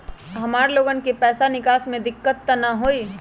हमार लोगन के पैसा निकास में दिक्कत त न होई?